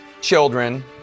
children